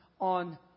on